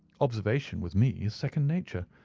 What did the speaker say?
observation with me is second nature.